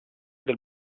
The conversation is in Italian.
del